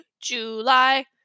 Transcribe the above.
July